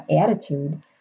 attitude